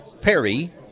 Perry